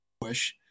push